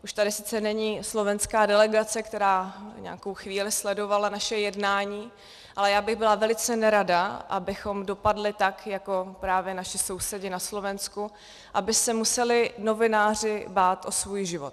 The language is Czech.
Už tady sice není slovenská delegace, která nějakou chvíli sledovala naše jednání, ale já bych byla velice nerada, abychom dopadli tak jako právě naši sousedi na Slovensku, aby se museli novináři bát o svůj život.